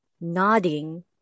nodding